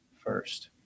first